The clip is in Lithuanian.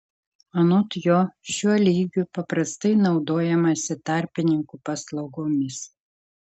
anot jo šiuo lygiu paprastai naudojamasi tarpininkų paslaugomis